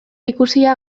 ikusia